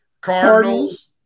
Cardinals